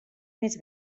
més